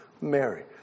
Mary